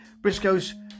Briscoes